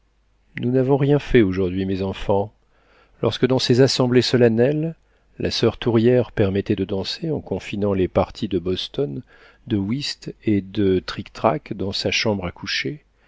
nous n'avons rien fait aujourd'hui mes enfants lorsque dans ces assemblées solennelles la soeur tourière permettait de danser en confinant les parties de boston de wisk et de trictrac dans sa chambre à coucher